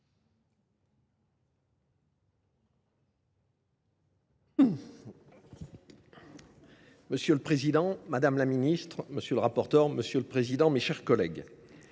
Monsieur le Président, Madame la Ministre, Monsieur le Rapporteur, Monsieur le Président, mes chers collègues,